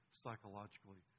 psychologically